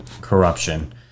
corruption